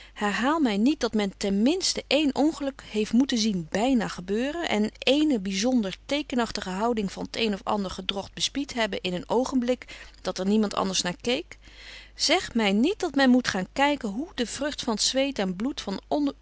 herhaal mij niet dat men ten minsten één ongeluk heeft moeten zien bijna gebeuren en ééne bijzonder teekenachtige houding van t een of ander gedrocht bespied hebben in een oogenblik dat er niemand anders naar keek zeg mij niet dat men moet gaan kijken hoe de vrucht van t zweet en bloed van